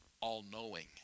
All-knowing